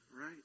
right